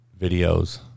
videos